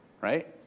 right